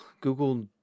Google